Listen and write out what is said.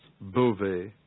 Beauvais